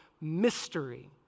mystery